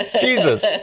Jesus